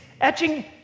etching